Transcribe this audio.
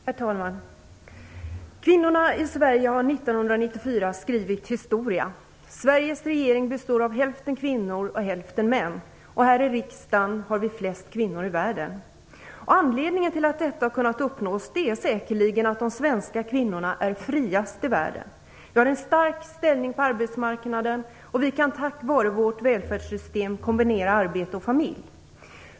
Herr talman! Kvinnorna i Sverige har 1994 skrivit historia. Sveriges regering består av hälften kvinnor och hälften män, och här i riksdagen har vi flest kvinnor i världen. Anledningen till att detta har kunnat uppnås är säkerligen att de svenska kvinnorna är friast i världen. Vi har en stark ställning på arbetsmarknaden, och vi kan tack vare vårt välfärdssystem kombinera arbete och familj.